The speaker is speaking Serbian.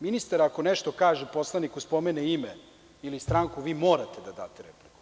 Ministar ako nešto kaže poslaniku, spomene ime ili stranku, vi morate da date reč.